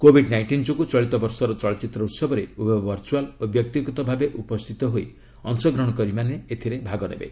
Covid nineteen ଯୋଗୁଁ ଚଳିତବର୍ଷର ଚଳଚ୍ଚିତ୍ର ଉହବରେ ଉଭୟ ଭର୍ଚୁଆଲ୍ ଓ ବ୍ୟକ୍ତିଗତ ଭାବେ ଉପସ୍ଥିତ ହୋଇ ଅଂଶଗ୍ରହଣକାରୀମାନେ ଏଥିରେ ଭାଗ ନେବେ